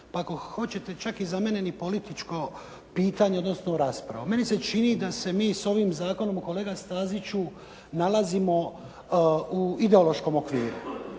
pa ako hoćete čak i za mene ni političko pitanje odnosno raspravu. Meni se čini da se mi ovim zakonom kolega Staziću nalazimo u ideološkom okviru.